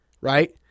right